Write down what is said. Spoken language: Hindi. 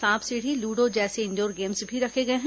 सांप सीढ़ी लूडो जैसे इनडोर गेम्स रखे गए हैं